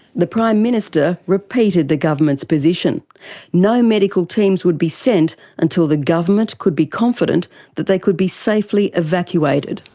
the prime minister repeated the government's position no medical teams would be sent until the government could be confident that they could be safely evacuated.